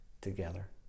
together